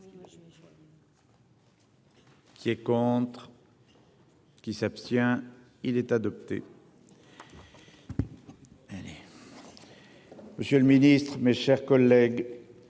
Qui est contre. Qui s'abstient. Il est adopté. Monsieur le Ministre, mes chers collègues.